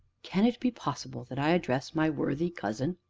can it be possible that i address my worthy cousin?